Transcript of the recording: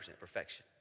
perfection